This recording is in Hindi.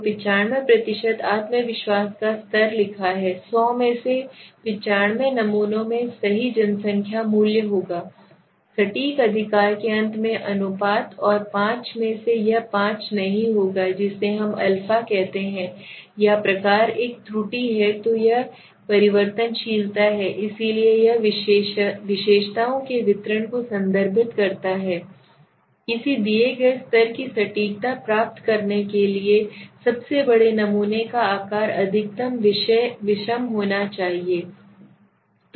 तो 95 आत्मविश्वास का स्तर लिखा है 100 में से 95 नमूनों में सही जनसंख्या मूल्य होगा सटीक अधिकार के अंत में अनुपात और 5 में यह पांच नहीं होगा जिसे हम अल्फा कहते हैं या प्रकार एक त्रुटि है तो यह परिवर्तनशीलता है इसलिए यह विशेषताओं के वितरण को संदर्भित करता है किसी दिए गए स्तर की सटीकता प्राप्त करने के लिए सबसे बड़े नमूने के आकार का अधिक विषम होना आवश्यक है